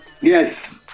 Yes